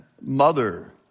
mother